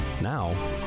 Now